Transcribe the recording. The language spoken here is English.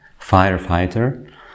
firefighter